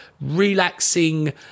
relaxing